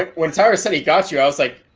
when tyler said he got you i was like,